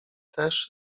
też